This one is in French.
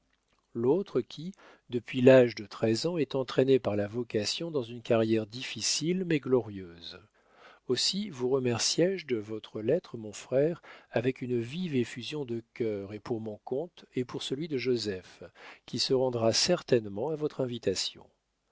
l'autre qui depuis l'âge de treize ans est entraîné par la vocation dans une carrière difficile mais glorieuse aussi vous remercié je de votre lettre mon frère avec une vive effusion de cœur et pour mon compte et pour celui de joseph qui se rendra certainement à votre invitation